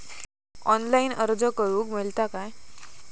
Online अर्ज करूक मेलता काय?